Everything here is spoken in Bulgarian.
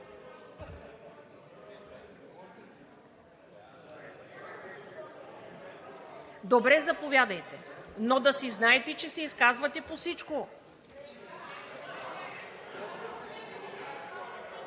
Добре, заповядайте, но да си знаете, че се изказвате по всичко.